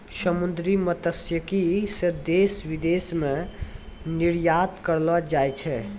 समुन्द्री मत्स्यिकी से देश विदेश मे निरयात करलो जाय छै